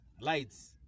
Lights